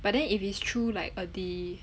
but then if it's true like a d~